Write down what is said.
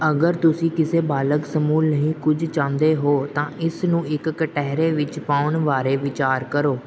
ਅਗਰ ਤੁਸੀਂ ਕਿਸੇ ਬਾਲਗ ਸਮੂਹ ਲਈ ਕੁਝ ਚਾਹੁੰਦੇ ਹੋ ਤਾਂ ਇਸ ਨੂੰ ਇੱਕ ਕਟਹਿਰੇ ਵਿੱਚ ਪਾਉਣ ਬਾਰੇ ਵਿਚਾਰ ਕਰੋ